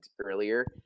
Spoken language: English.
earlier